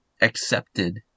accepted